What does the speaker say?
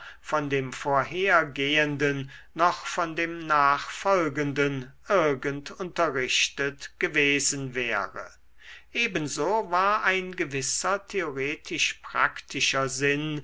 von dem vorhergehenden noch von dem nachfolgenden irgend unterrichtet gewesen wäre ebenso war ein gewisser theoretisch praktischer sinn